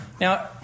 Now—